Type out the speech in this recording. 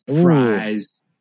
fries